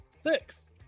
Six